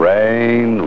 Rain